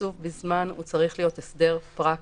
קצוב בזמן והוא צריך להיות הסדר פרקטי.